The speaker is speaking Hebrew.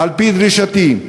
על-פי דרישתי,